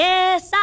Yes